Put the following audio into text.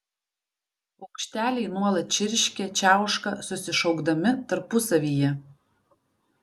paukšteliai nuolat čirškia čiauška susišaukdami tarpusavyje